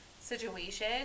situation